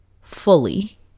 fully